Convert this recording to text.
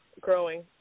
growing